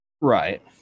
right